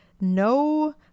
no